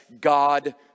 God